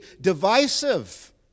divisive